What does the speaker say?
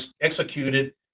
executed